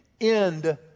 end